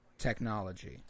Technology